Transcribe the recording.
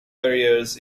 warriors